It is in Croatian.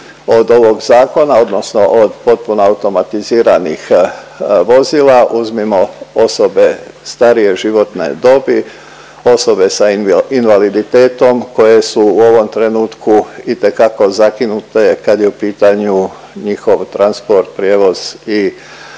od ovog zakona odnosno od potpuno automatiziranih osoba, uzmimo osobe starije životne dobi, osobe sa invaliditetom koje su u ovom trenutku itekako zakinute kad je u pitanju njihov transport, prijevoz i druge